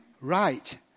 right